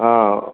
ஆ